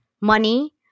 money